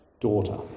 Daughter